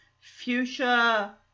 fuchsia